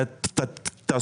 מה זה בלאק הוקים?